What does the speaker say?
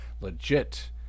legit